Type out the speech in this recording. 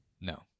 No